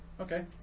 Okay